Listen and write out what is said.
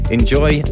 enjoy